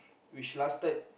which lasted